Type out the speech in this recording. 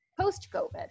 post-COVID